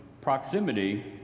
proximity